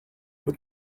with